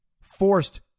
forced